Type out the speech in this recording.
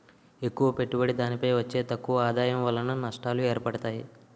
ఎక్కువ పెట్టుబడి దానిపై వచ్చే తక్కువ ఆదాయం వలన నష్టాలు ఏర్పడతాయి